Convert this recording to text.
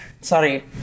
Sorry